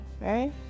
right